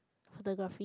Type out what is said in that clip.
photography